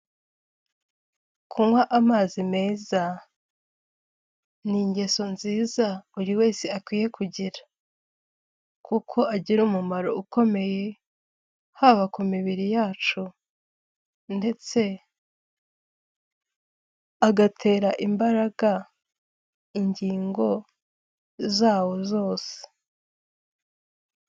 kunywa amazi meza ni ingeso nziza buri wese akwiye kugira kuko agira umumaro ukomeye haba ku mibiri yacu ndetse agatera imbaraga ingingo zawo zose.